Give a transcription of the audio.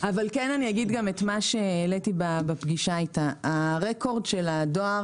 כן אגיד את מה שהעליתי בפגישה איתה: הרקורד של הדואר,